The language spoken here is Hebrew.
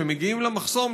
כשהם מגיעים למחסום,